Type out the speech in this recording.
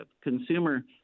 consumer